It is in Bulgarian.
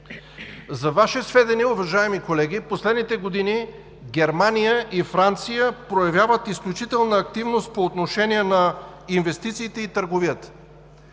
За Ваше сведение, уважаеми колеги, в последните години Германия и Франция проявяват изключителна активност по отношение на инвестициите и търговията.